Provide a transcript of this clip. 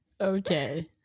Okay